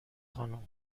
خانم